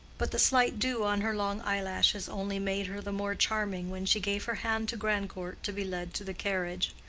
but the slight dew on her long eyelashes only made her the more charming when she gave her hand to grandcourt to be led to the carriage.